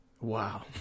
Wow